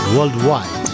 Worldwide